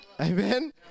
Amen